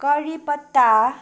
कडिपत्ता